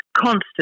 constant